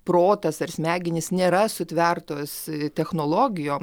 protas ar smegenys nėra sutvertos technologijom